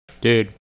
dude